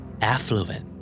Affluent